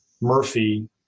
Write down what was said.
murphy